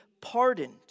pardoned